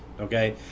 Okay